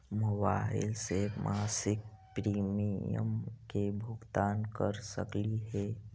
Mobile से मासिक premium के भुगतान कर सकली हे?